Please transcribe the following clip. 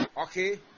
Okay